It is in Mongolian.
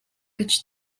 гэж